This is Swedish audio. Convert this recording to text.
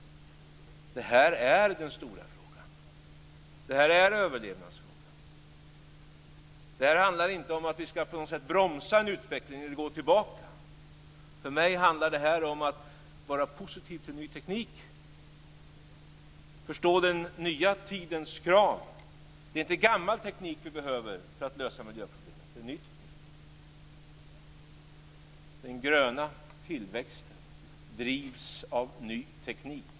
Det här är den stora frågan. Det här är överlevnadsfrågan. Det handlar inte om att vi på något sätt ska bromsa en utveckling eller gå tillbaka. För mig handlar det om att vara positiv till ny teknik och att förstå den nya tidens krav. Det är inte gammal teknik som vi behöver för att lösa miljöproblemen utan ny teknik. Den gröna tillväxten drivs av ny teknik.